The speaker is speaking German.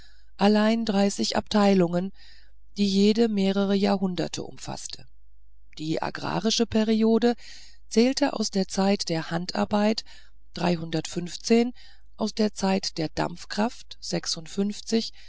allein dreißig abteilungen die jede mehrere jahrhunderte umfaßte die agrarische periode zählte aus der zeit der handarbeit aus der zeit der dampfkraft